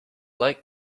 like